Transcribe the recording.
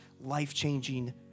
life-changing